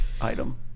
item